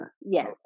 Yes